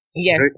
Yes